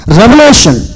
revelation